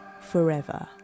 forever